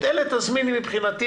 את כולם תזמיני מבחינתי,